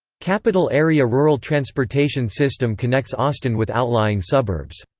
capital area rural transportation system connects austin with outlying suburbs.